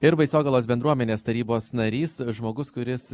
ir baisogalos bendruomenės tarybos narys žmogus kuris